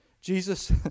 Jesus